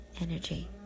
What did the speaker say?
energy